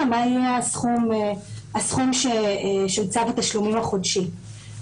מה יהיה הסכום של צו התשלומים החודשי.